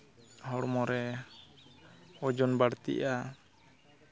ᱦᱚᱲᱢᱚᱨᱮ ᱳᱡᱚᱱ ᱵᱟᱹᱲᱛᱤᱜᱼᱟ